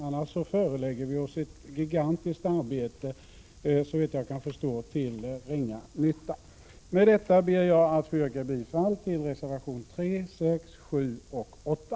Annars förelägger vi oss ett gigantiskt arbete till, såvitt jag kan förstå, ringa nytta. Med detta ber jag att få yrka bifall till reservationerna 3, 6, 7 och 8.